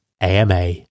AMA